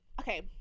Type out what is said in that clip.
okay